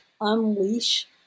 unleash